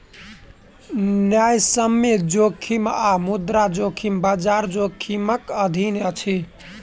न्यायसम्य जोखिम आ मुद्रा जोखिम, बजार जोखिमक अधीन अछि